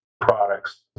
products